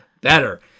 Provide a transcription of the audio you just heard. better